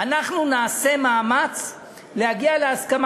אנחנו נעשה מאמץ להגיע להסכמה.